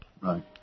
Right